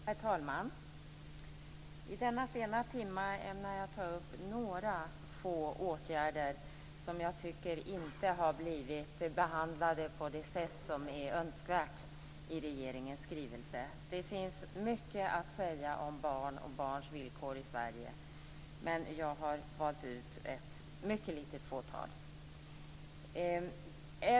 Herr talman! I denna sena timma ämnar jag att ta upp några få åtgärder som jag tycker inte har blivit behandlade på det sätt som är önskvärt i regeringens skrivelse. Det finns mycket att säga om barn och barns villkor i Sverige, men jag har valt ut ett mycket litet fåtal områden.